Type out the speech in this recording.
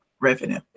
revenue